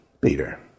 Peter